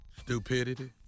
Stupidity